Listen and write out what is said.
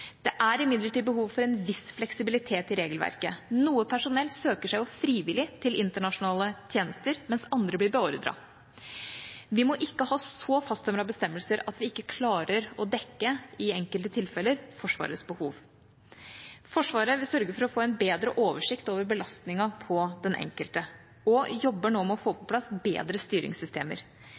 Det er imidlertid behov for en viss fleksibilitet i regelverket. Noe personell søker seg frivillig til internasjonale tjenester, mens andre blir beordret. Vi må ikke ha så fasttømrede bestemmelser at vi ikke klarer å dekke, i enkelte tilfeller, Forsvarets behov. Forsvaret vil sørge for å få en bedre oversikt over belastningen på den enkelte og jobber nå med å få på plass bedre styringssystemer.